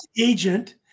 agent